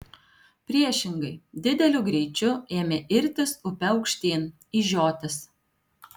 priešingai dideliu greičiu ėmė irtis upe aukštyn į žiotis